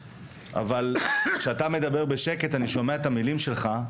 אבל כשאתה מדבר בשקט אני שומע את המילים שלך.